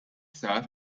sar